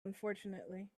unfortunately